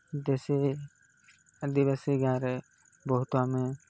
ଦେଶୀ ଆଦିବାସୀ ଗାଁରେ ବହୁତ ଆମେ